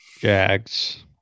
Jags